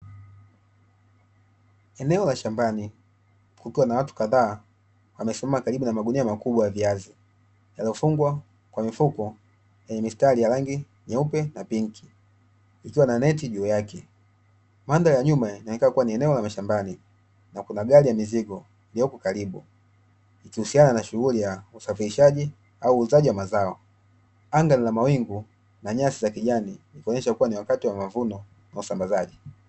Eneo la shambani kukiwa na watu kadhaa wamesimama karibu na magunia makubwa ya viazi yaliyofungwa kwa mifuko yenye mistari ya rangi nyeupe na pinki ikiwa na neti juu yake, mandhari ya nyuma inahakika kuwa ni eneo la mashambani na kuna gari ya mizigo iliyoko karibu ikihusuana na shughuli ya usafirishaji au uuzaji wa mazao. Anga lina mawingu na nyasi za kijani kuonesha kuwa ni wakati wa mavuno na usambazaji.